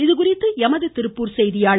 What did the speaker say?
இதுகுறித்து எமது திருப்பூர் செய்தியாளர்